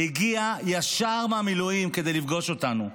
הגיע ישר מהמילואים כדי לפגוש אותנו,